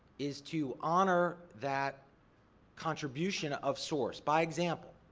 is to honor that contribution of source, by example.